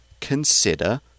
consider